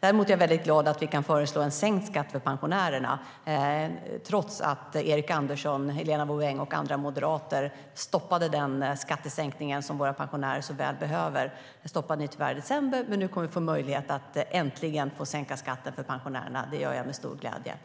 Däremot är jag väldigt glad över att vi kan föreslå sänkt skatt för pensionärerna, trots att Erik Andersson, Helena Bouveng och andra moderater i december stoppade den skattesänkning som våra pensionärer så väl behöver. Nu kommer vi äntligen att ha möjlighet att sänka skatten för pensionärerna. Det gör jag med stor glädje.